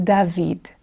David